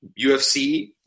UFC